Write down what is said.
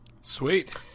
Sweet